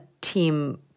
team